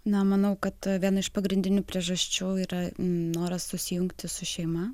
na manau kad viena iš pagrindinių priežasčių yra noras susijungti su šeima